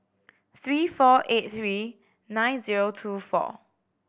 three four eight three nine zero two four